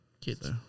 kid's